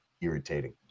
irritating